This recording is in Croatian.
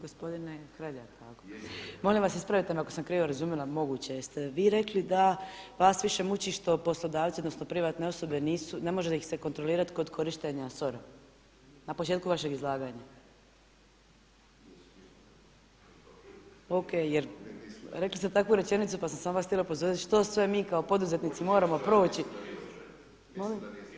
Gospodine Hrelja, molim vas ispravite me ako sam krivo razumjela, mogu će je, jeste li vi rekli da vas više muči što poslodavci, odnosno privatne osobe ne može ih se kontrolirati kod korištenja SOR-a, na početku vašeg izlaganja? … [[Upadica se ne čuje.]] O.K, jer rekli ste takvu rečenicu pa sam vas samo htjela upozoriti što sve mi kao poduzetnici moramo proći. … [[Upadica se ne čuje.]] Molim?